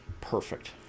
perfect